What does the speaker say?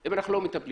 אם לא נטפל